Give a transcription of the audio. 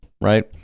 right